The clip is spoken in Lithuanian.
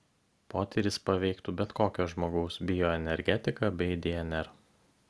potyris paveiktų bet kokio žmogaus bioenergetiką bei dnr